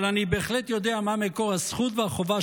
אבל אני בהחלט יודע מה מקור הזכות והחובה